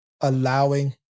allowing